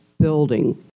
building